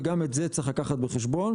וגם את זה צריך לקחת בחשבון.